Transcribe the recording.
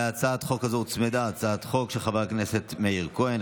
להצעת החוק הזו הוצמדה הצעת חוק של חבר הכנסת מאיר כהן,